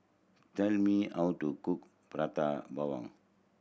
tell me how to cook Prata Bawang